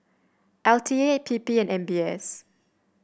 L T A P P and M B S